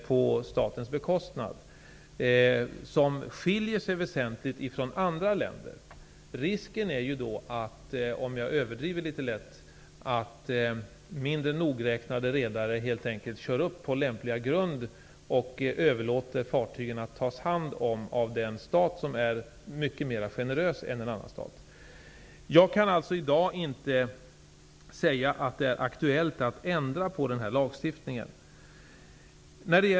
Det skulle skilja sig väsentligt från vad som är fallet i andra länder. Risken är -- om jag överdriver litet lätt -- att mindre nogräknade redare helt enkelt kör upp på lämpliga grund och överlåter fartygen att tas om hand av en stat som är mycket mera generös än andra stater. Jag kan i dag inte säga att det är aktuellt att ändra på denna lagstiftning.